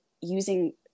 using